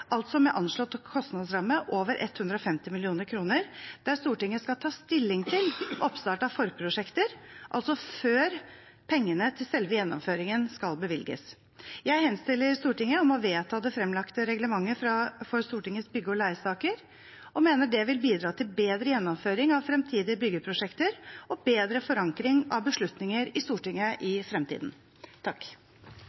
altså før pengene til selve gjennomføringen skal bevilges. Jeg henstiller Stortinget om å vedta det fremlagte reglementet for Stortingets bygge- og leiesaker, og mener det vil bidra til bedre gjennomføring av fremtidige byggeprosjekter og bedre forankring av beslutninger i Stortinget i